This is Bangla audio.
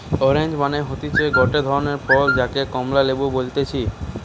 অরেঞ্জ মানে হতিছে গটে ধরণের ফল যাকে কমলা লেবু বলতিছে